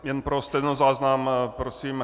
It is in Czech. Jen pro stenozáznam prosím.